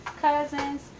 cousins